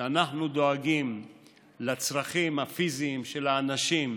שאנחנו דואגים לצרכים הפיזיים של האנשים,